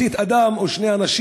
לא כאילו הוא מסית אדם או שני אנשים,